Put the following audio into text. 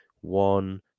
one